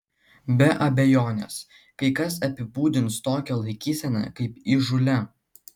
be abejonės kai kas apibūdins tokią laikyseną kaip įžūlią